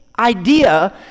idea